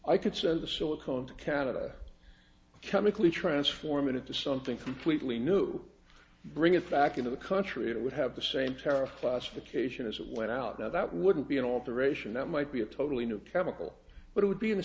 i could send the silicone to canada chemically transform it into something completely new bring it back into the country it would have the same tariff last occasion as it went out that wouldn't be an alteration that might be a totally new chemical but it would be